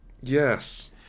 Yes